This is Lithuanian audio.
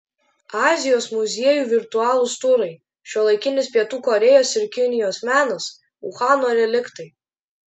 azijos muziejų virtualūs turai šiuolaikinis pietų korėjos ir kinijos menas uhano reliktai